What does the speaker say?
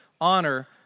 honor